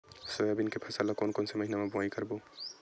Soybean के फसल ल कोन कौन से महीना म बोआई करबो?